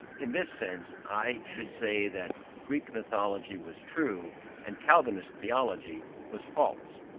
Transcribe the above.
in this sense i should say that greek mythology was true and calvinist theology was false.